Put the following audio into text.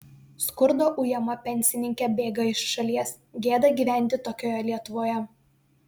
skurdo ujama pensininkė bėga iš šalies gėda gyventi tokioje lietuvoje